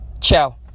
Ciao